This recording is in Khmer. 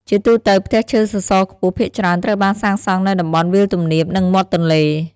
ជាទូទៅ ផ្ទះឈើសសរខ្ពស់ភាគច្រើនត្រូវបានសាងសង់នៅតំបន់វាលទំនាប និងមាត់ទន្លេ ។